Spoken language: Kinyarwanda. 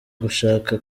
gushaka